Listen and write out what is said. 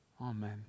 Amen